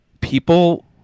people